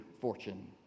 fortune